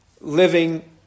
living